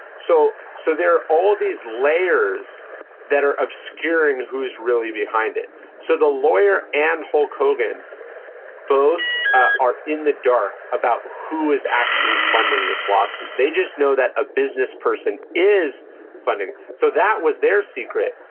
so so there are all these layers that are obscuring who is really behind it so the lawyer and hulk hogan both are in the dark about who is actually funding this lawsuit. they just know that a business person is funding it. so that was their secret,